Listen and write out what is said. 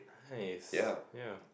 hiaz ya